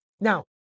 now